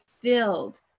filled